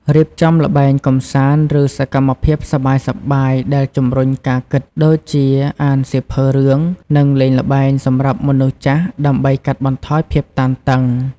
រៀបចំល្បែងកំសាន្ត ឬសកម្មភាពសប្បាយៗដែលជំរុញការគិតដូចជាអានសៀវភៅរឿង និងល្បែងលេងសម្រាប់មនុស្សចាស់ដើម្បីកាត់បន្ថយភាពតានតឹង។